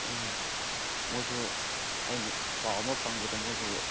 ꯎꯝ ꯃꯈꯣꯏꯁꯨ ꯑꯩꯅ ꯄꯥꯎ ꯑꯃ ꯐꯪꯕꯗ ꯃꯈꯣꯏꯁꯨ